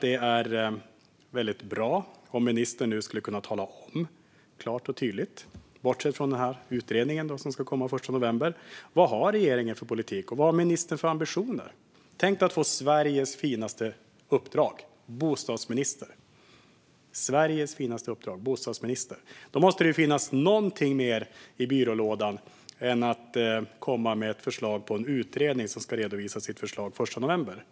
Det vore bra om ministern skulle kunna tala om klart och tydligt, bortsett från utredningen som ska komma med sin redovisning den 1 november, vad regeringen har för politik och vilka ambitioner ministern har. Tänk att få Sveriges finaste uppdrag, att vara bostadsminister! Då måste man ha någonting mer i byrålådan än att en utredning ska redovisa sina förslag den 1 november.